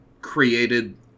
created